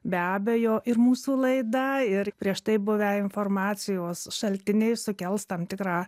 be abejo ir mūsų laida ir prieš tai buvę informacijos šaltiniai sukels tam tikrą